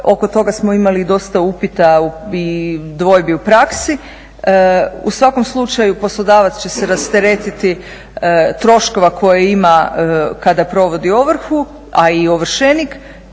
Oko toga smo imali i dosta upita i dvojbi u praksi. U svakom slučaju poslodavac će se rasteretiti troškova koje ima kada provodi ovrhu, a i ovršenik,